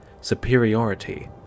superiority